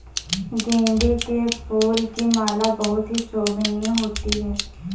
गेंदे के फूल की माला बहुत ही शोभनीय होती है